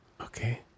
Okay